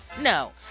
No